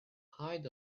height